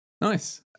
Nice